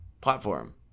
platform